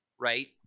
right